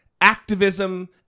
activism